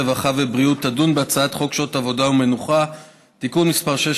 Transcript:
הרווחה והבריאות תדון בהצעת חוק שעות עבודה ומנוחה (תיקון מס' 16),